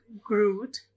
Groot